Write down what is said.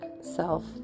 self